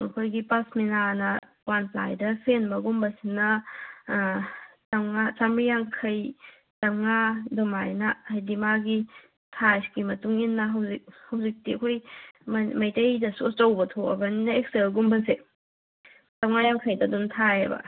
ꯃꯈꯣꯏꯒꯤ ꯄꯥꯁꯃꯤꯅꯥꯅ ꯋꯥꯟ ꯄ꯭ꯂꯥꯏꯗ ꯐꯦꯟꯕꯒꯨꯝꯕꯁꯤꯅ ꯆꯥꯃꯔꯤ ꯌꯥꯡꯈꯩ ꯆꯥꯃꯉꯥ ꯑꯗꯨꯃꯥꯏꯅ ꯍꯥꯏꯕꯗꯤ ꯃꯥꯒꯤ ꯁꯥꯏꯖꯀꯤ ꯃꯇꯨꯡ ꯏꯟꯅ ꯍꯧꯖꯤꯛꯇꯤ ꯑꯩꯈꯣꯏ ꯃꯩꯇꯩꯗꯁꯨ ꯑꯆꯧꯕ ꯊꯣꯛꯂꯕꯅꯤꯅ ꯑꯦꯛꯁꯦꯜꯒꯨꯝꯕꯁꯦ ꯆꯥꯃꯉꯥ ꯌꯥꯡꯈꯩꯗ ꯑꯗꯨꯝ ꯊꯥꯏꯌꯦꯕ